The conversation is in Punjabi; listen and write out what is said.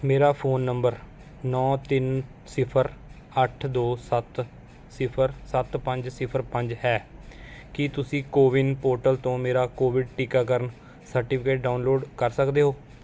ਮੇਰਾ ਫ਼ੋਨ ਨੰਬਰ ਨੌ ਤਿੰਨ ਸਿਫਰ ਅੱਠ ਦੋੋ ਸੱਤ ਸਿਫਰ ਸੱਤ ਪੰਜ ਸਿਫਰ ਪੰਜ ਹੈ ਕੀ ਤੁਸੀਂ ਕੋਵਿਨ ਪੋਰਟਲ ਤੋਂ ਮੇਰਾ ਕੋਵਿਡ ਟੀਕਾਕਰਨ ਸਰਟੀਫਿਕੇਟ ਡਾਊਨਲੋਡ ਕਰ ਸਕਦੇ ਹੋ